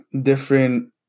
different